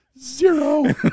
zero